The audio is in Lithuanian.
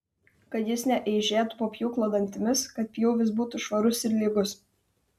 kad jis neeižėtų po pjūklo dantimis kad pjūvis būtų švarus ir lygus